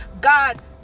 God